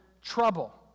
trouble